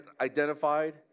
identified